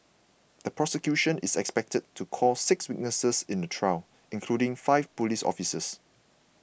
the prosecution is expected to call six witnesses in the trial including five police officers